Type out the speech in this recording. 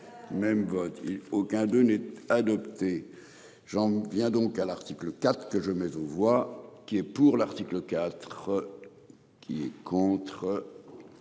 Même Gaudi. Aucun d'eux n'est adoptée. J'en viens donc à l'article quatre que je mets aux voix qui est pour l'article 4. Qui est contre.